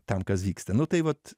tam kas vyksta nu tai vat